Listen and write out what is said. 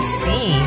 see